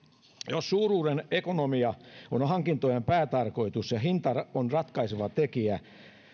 jos suuruuden ekonomia on hankintojen päätarkoitus ja hinta on ratkaiseva tekijä